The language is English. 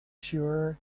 sure